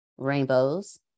Rainbows